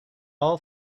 all